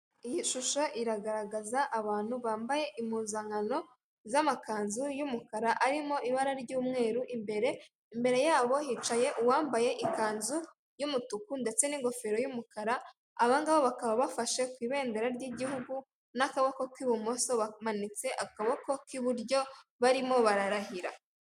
Iyi shusho igaragaza abantu bambaye impuzankano z’amakanzu y’umukara arimo ibara ry’umweru. Imbere yabo, hicaye uwambaye ikanzu y’umutuku ndetse n’ingofero y’umukara. Abo bantu bafashe ku ibendera ry’igihugu n'akaboko k'ibumoso, naho akaboko k’iburyo bakamanitse, barimo bararahira.